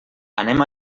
anem